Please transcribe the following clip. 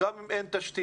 גם אם אין תשתית.